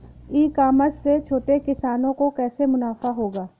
ई commerce से छोटे किसानों को कैसे मुनाफा होगा?